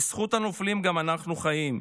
בזכות הנופלים גם אנחנו חיים.